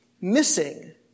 missing